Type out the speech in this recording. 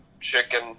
chicken